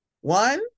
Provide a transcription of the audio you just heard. One